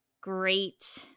great